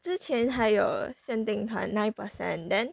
之前还有限定团 nine percent then